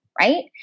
right